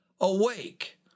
awake